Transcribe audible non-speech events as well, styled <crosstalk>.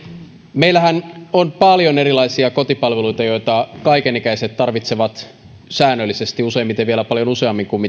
meillähän on paljon erilaisia kotipalveluita joita kaikenikäiset tarvitsevat säännöllisesti useimmiten vielä paljon useammin kuin <unintelligible>